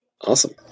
Awesome